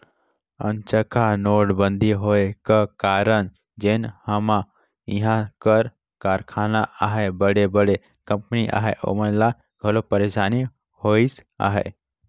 अनचकहा नोटबंदी होए का कारन जेन हमा इहां कर कारखाना अहें बड़े बड़े कंपनी अहें ओमन ल घलो पइरसानी होइस अहे